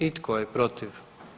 I tko je protiv?